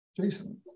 Jason